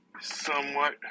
somewhat